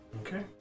Okay